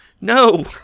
No